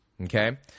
Okay